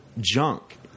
junk